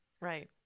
right